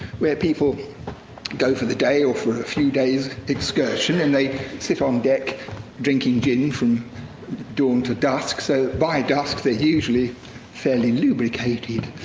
where people go for the day or for a few days' excursion, and they sit on deck drinking gin from dawn to dusk. so by dusk, they're usually fairly lubricated.